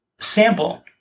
sample